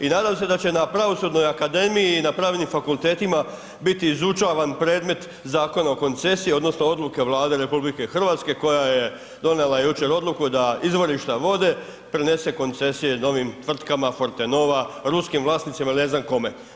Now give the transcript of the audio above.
I nadam se da će na Pravosudnoj akademiji i na pravnim fakultetima biti izučavan predmet Zakona o koncesiji odnosno odluke Vlade RH koja je donijela jučer odluku da izvorišta vode prenese koncesije novim tvrtkama Forte Nova, ruskim vlasnicima ili ne znam kome.